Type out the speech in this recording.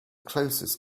closest